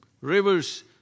Rivers